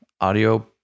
audio